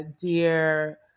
dear